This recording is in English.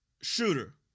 shooter